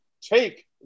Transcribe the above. Take